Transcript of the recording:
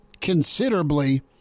considerably